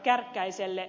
kärkkäiselle